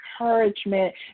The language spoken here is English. encouragement